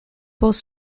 both